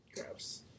Gross